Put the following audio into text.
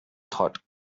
thought